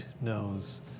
knows